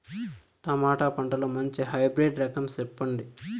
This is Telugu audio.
టమోటా పంటలో మంచి హైబ్రిడ్ రకం చెప్పండి?